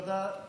תודה,